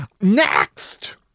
Next